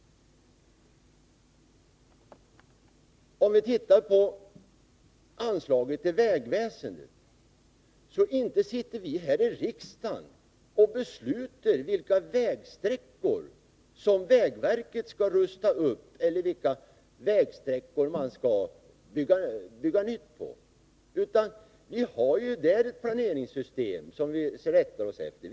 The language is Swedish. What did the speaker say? När det gäller anslaget till vägväsendet sitter vi inte här i riksdagen och beslutar vilka vägsträckor vägverket skall rusta upp eller vilka vägsträckor man skall göra om, utan vi har ett planeringssystem som vi rättar oss efter.